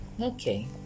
Okay